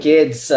Kids